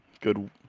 good